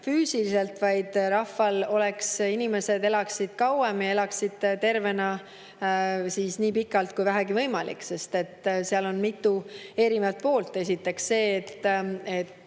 füüsiliselt, vaid et inimesed elaksid kauem ja elaksid tervena nii pikalt kui vähegi võimalik. Seal on mitu erinevat poolt. Esiteks see, et